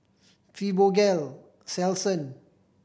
Fibogel Selsun